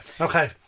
okay